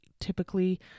typically